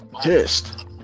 pissed